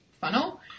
funnel